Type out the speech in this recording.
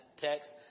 text